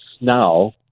now